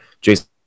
Jason